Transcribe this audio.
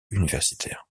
universitaire